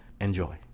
enjoy